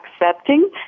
accepting